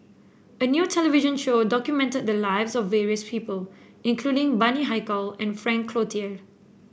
a new television show documented the lives of various people including Bani Haykal and Frank Cloutier